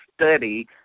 study